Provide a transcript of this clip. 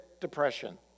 depression